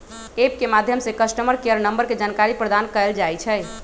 app के माध्यम से कस्टमर केयर नंबर के जानकारी प्रदान कएल जाइ छइ